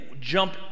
jump